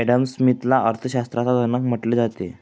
Adam स्मिथला अर्थशास्त्राचा जनक म्हटले जाते